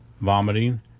vomiting